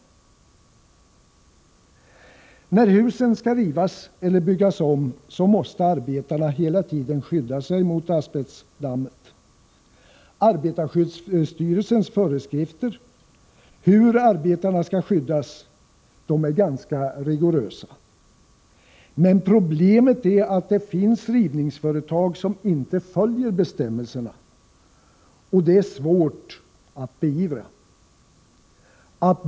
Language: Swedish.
När husen skall rivas eller byggas om måste arbetarna hela tiden skydda sig mot asbestdammet. Arbetarskyddsstyrelsens föreskrifter för hur arbetarna skall skyddas är ganska rigorösa. Men problemet är att det finns rivningsföretag som inte följer bestämmelserna, och det är svårt att beivra detta.